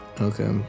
Okay